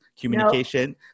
communication